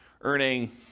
earning